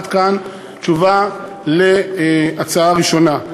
עד כאן תשובה על ההצעה הראשונה.